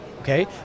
Okay